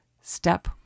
Step